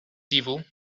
evil